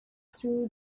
through